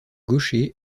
gaucher